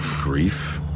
Grief